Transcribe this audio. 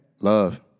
Love